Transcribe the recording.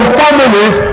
families